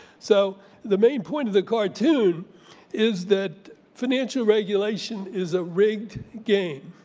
so the main point of the cartoon is that financial regulation is a rigged game.